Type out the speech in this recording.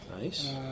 Nice